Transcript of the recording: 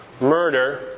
murder